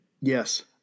Yes